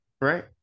right